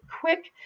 quick